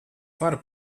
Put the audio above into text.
varu